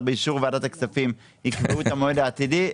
באישור ועדת הכספים יקבעו את המועד העתידי.